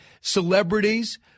Celebrities